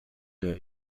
der